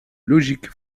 logique